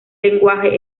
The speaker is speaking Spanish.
lenguaje